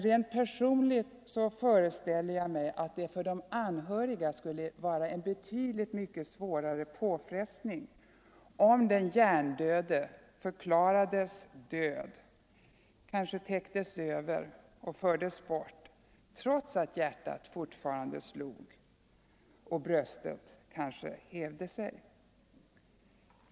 Rent personligt föreställer jag mig dock att det för de anhöriga skulle vara en betydligt mycket svårare påfrestning om den hjärndöde förklarades död — kanske täcktes över och fördes bort — trots att hjärtat fortfarande slog och bröstet kanske hävde sig.